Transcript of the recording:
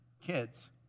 kids